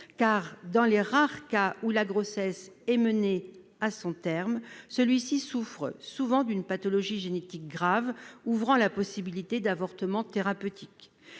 car, dans les rares cas où la grossesse est menée à son terme, celui-ci souffre souvent d'une pathologie génétique grave, d'où l'autorisation de la pratique d'un avortement thérapeutique.